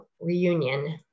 reunion